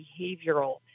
behavioral